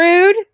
Rude